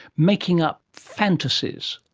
making up fantasies,